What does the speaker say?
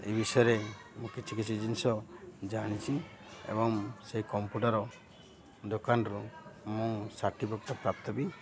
ଏ ବିଷୟରେ ମୁଁ କିଛି କିଛି ଜିନିଷ ଜାଣିଛି ଏବଂ ସେଇ କମ୍ପୁଟର ଦୋକାନରୁ ମୁଁ ସାର୍ଟିଫିକେଟ ପ୍ରାପ୍ତ ବି